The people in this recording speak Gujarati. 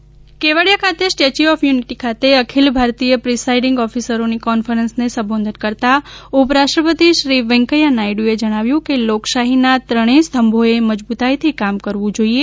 ઉપરાષ્ટ્રપતિ કેવડીયા ખાતે સ્ટેચ્યુ ઓફ યુનીટી ખાતે અખિલ ભારતીય પ્રિસાઇડીંગ ઓફિસરોની કોન્ફરન્સને સંબોધન કરતા ઉપરાષ્ટ્રપતિ શ્રી વૈકંયા નાયડુએ લોકશાહીના ત્રણેય સ્તંભોએ મજબૂતાઇથી કામ કરવુ જોઇએ